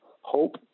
HOPE